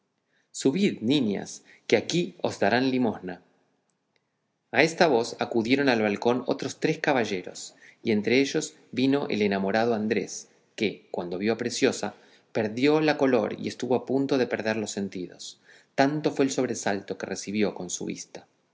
subid niñas que aquí os darán limosna a esta voz acudieron al balcón otros tres caballeros y entre ellos vino el enamorado andrés que cuando vio a preciosa perdió la color y estuvo a punto de perder los sentidos tanto fue el sobresalto que recibió con su vista